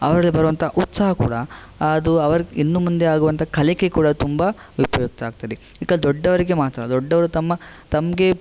ಅವರಲ್ಲಿ ಬರುವಂತಹ ಉತ್ಸಾಹ ಕೂಡ ಅದು ಅವ್ರಿಗೆ ಇನ್ನೂ ಮುಂದೆ ಆಗುವಂಥ ಕಲಿಕೆ ಕೂಡ ತುಂಬ ಉಪಯುಕ್ತವಾಗ್ತದೆ ಈಗ ದೊಡ್ಡವರಿಗೆ ಮಾತ್ರ ದೊಡ್ಡವರು ತಮ್ಮ ತಮಗೆ